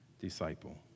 disciple